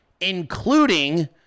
including